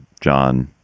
john,